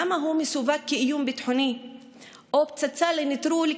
למה הוא מסווג כאיום ביטחוני או פצצה לנטרול,